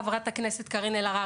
חברת הכנסת קארין אלהרר,